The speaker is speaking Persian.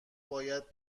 باید